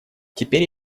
теперь